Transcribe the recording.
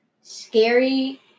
scary